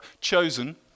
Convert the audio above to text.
chosen